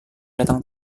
datang